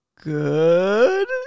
Good